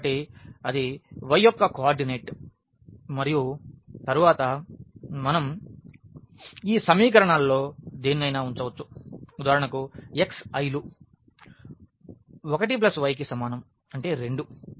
కాబట్టి అది y యొక్క కోఆర్డినేట్ మరియు తరువాత మనం ఈ సమీకరణాలలో దేనినైనా ఉంచవచ్చు ఉదాహరణకు x iలు 1 yకి సమానం అంటే 2